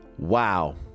Wow